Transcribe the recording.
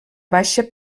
baixa